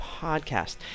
podcast